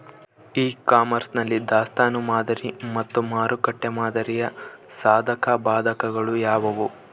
E commerce ನಲ್ಲಿ ದಾಸ್ತನು ಮಾದರಿ ಮತ್ತು ಮಾರುಕಟ್ಟೆ ಮಾದರಿಯ ಸಾಧಕಬಾಧಕಗಳು ಯಾವುವು?